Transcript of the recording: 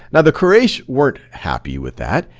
now the quraysh weren't happy with that.